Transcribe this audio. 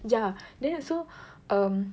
ya then so um